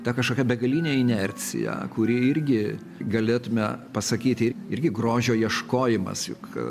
ta kažkokia begalinė inercija kuri irgi galėtume pasakyti irgi grožio ieškojimas juk